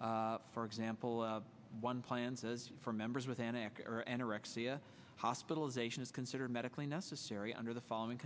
for example one plan says for members with anika or anorexia hospitalization is considered medically necessary under the following